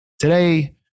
Today